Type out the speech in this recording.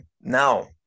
Now